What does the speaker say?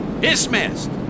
Dismissed